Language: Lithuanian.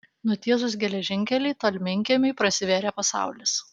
nutiesus geležinkelį tolminkiemiui prasivėrė pasaulis